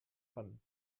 kann